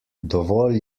dovolj